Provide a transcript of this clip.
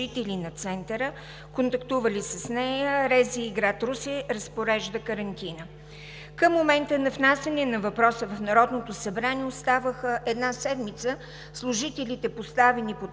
на Центъра, контактували с нея, РЗИ – град Русе, разпорежда карантина. Към момента на внасяне на въпроса в Народното събрание оставаше една седмица служителите, поставени под